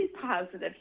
positive